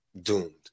doomed